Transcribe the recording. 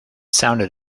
sounded